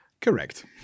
Correct